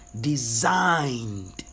designed